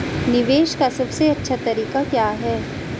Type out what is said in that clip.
निवेश का सबसे अच्छा तरीका क्या है?